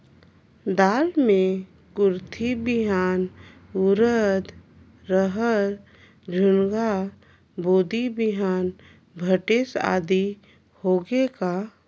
दाल मे कुरथी बिहान, उरीद, रहर, झुनगा, बोदी बिहान भटेस आदि होगे का?